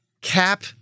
Cap